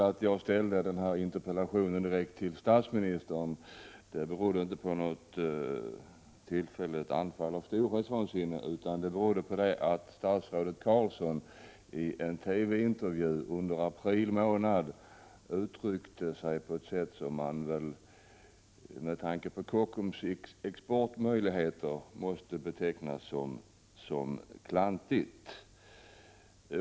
Att jag riktade den här interpellationen till statsministern berodde inte på något anfall av storhetsvansinne utan på att statsministern i en TV-intervju i april uttryckte sig på ett sätt som man väl med tanke på Kockums exportmöjligheter måste beteckna som klantigt.